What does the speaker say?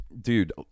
dude